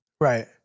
Right